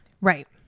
Right